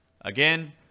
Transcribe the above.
Again